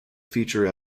feature